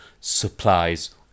Supplies